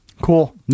Cool